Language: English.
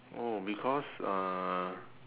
oh because uh